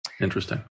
Interesting